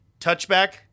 touchback